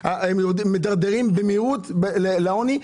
הם מידרדרים במהירות לעוני.